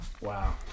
wow